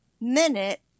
minute